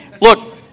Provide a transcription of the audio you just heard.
look